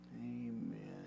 Amen